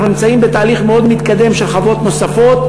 אנחנו נמצאים בתהליך מאוד מתקדם של חוות נוספות,